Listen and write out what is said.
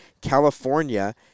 California